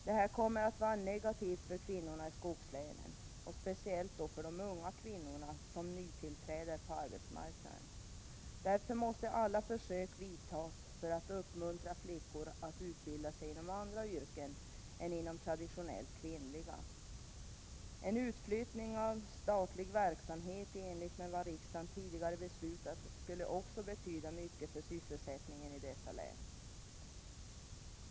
Detta kommer att vara negativt för kvinnorna i skogslänen, speciellt för de unga kvinnorna som är nytillträdande på arbetsmarknaden. Därför måste alla försök vidtas för att uppmuntra flickor att utbilda sig inom andra yrken än traditionellt kvinnliga. En utflyttning av statlig verksamhet i enlighet med vad riksdagen tidigare beslutat skulle också betyda mycket för sysselsättningen i dessa län.